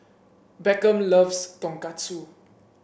Beckham loves Tonkatsu